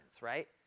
right